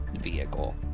vehicle